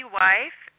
wife